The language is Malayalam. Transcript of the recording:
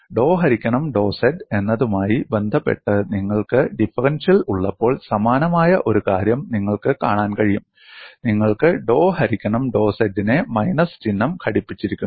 ഡോ ഹരിക്കണം ഡോ z എന്നതുമായി ബന്ധപ്പെട്ട് നിങ്ങൾക്ക് ഡിഫറൻഷ്യൽ ഉള്ളപ്പോൾ സമാനമായ ഒരു കാര്യം നിങ്ങൾക്ക് കാണാൻ കഴിയും നിങ്ങൾക്ക് ഡോ ഹരിക്കണം ഡോ z നെ മൈനസ് ചിഹ്നം ഘടിപ്പിച്ചിരിക്കുന്നു